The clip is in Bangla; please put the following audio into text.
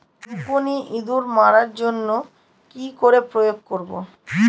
রুকুনি ইঁদুর মারার জন্য কি করে প্রয়োগ করব?